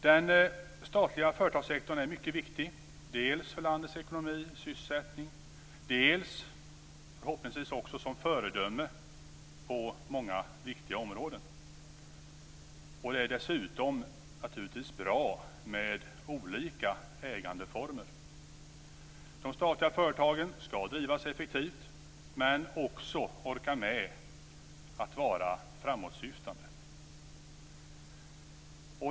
Den statliga företagssektorn är mycket viktig - dels för landets ekonomi och sysselsättning, dels, förhoppningsvis, som föredöme på många viktiga områden. Dessutom är det naturligtvis bra med olika ägandeformer. De statliga företagen skall drivas effektivt men också orka med att vara framåtsyftande.